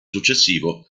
successivo